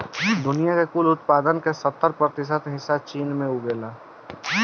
दुनिया के कुल उत्पादन के सत्तर प्रतिशत हिस्सा चीन में उगेला